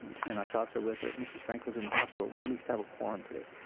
and our thoughts are with her, mrs. franco's in the hospital, we at least have a quorum today.